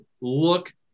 look